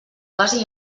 base